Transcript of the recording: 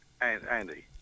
Andy